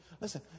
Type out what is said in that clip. Listen